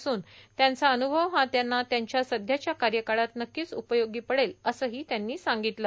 असून त्यांचा अनुभव हा त्यांना त्यांच्या सध्याच्या कार्यकाळात नक्कीच उपयोगी पडेल असंही त्यांनी सांगितलं